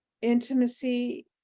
intimacy